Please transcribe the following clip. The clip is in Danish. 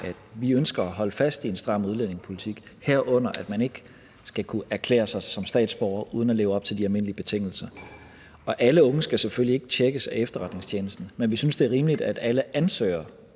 vi ønsker at holde fast i en stram udlændingepolitik, herunder at man ikke skal kunne erklære sig som statsborger uden at leve op til de almindelige betingelser. Alle unge skal selvfølgelig ikke tjekkes af efterretningstjenesten, men vi synes, det er rimeligt, at alle ansøgere